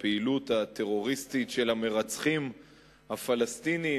לפעילות הטרוריסטית של המרצחים הפלסטינים,